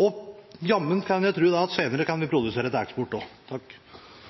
Og jammen kan jeg tro at senere kan vi produsere for eksport